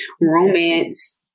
romance